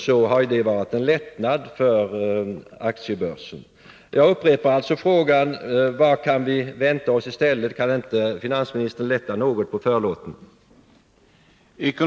Det har varit en lättnad för aktiebörsen. Jag upprepar alltså frågan: Vad kan vi vänta oss i stället? Kan inte finansministern lätta något på förlåten?